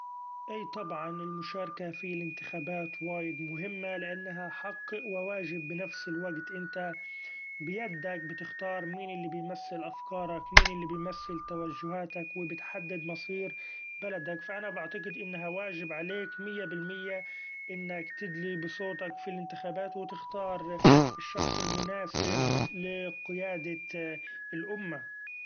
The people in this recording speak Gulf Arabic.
إي طبعا المشاركة في الإنتخابات وايد مهمة لأنها حق و واجب بنفس الوقت ، أنت بيدك بتختار مين اللي بيمثل أفكارك مين اللي بيمثل توجهاتك و بتحدد مصير بلدك ، ف أنا بعقتد إنها واجب عليك ميه بالميه إنك تدلي بصوتك في الإنتخابات و تختار الشخص المناسب لي قيادة الأمة.